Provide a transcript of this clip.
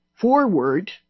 forward